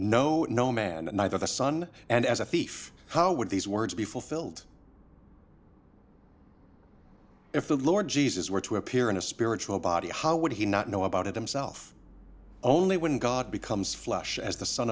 no no man neither the son and as a thief how would these words be fulfilled if the lord jesus were to appear in a spiritual body how would he not know about it himself only when god becomes flesh as the son